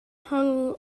hung